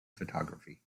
photography